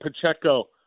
Pacheco